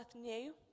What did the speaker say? new